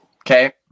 Okay